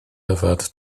yfed